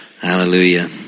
Hallelujah